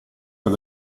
per